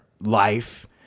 life